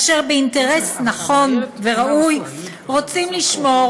אשר באינטרס נכון וראוי רוצים לשמור